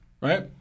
right